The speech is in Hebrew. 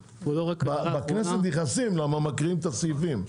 בכנסת נכנסים כי מקריאים את הסעיפים,